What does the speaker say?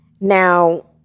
Now